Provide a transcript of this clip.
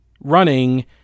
running